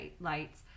lights